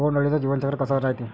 बोंड अळीचं जीवनचक्र कस रायते?